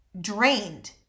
drained